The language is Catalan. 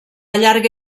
llarga